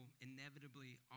inevitably